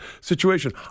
situation